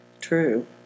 true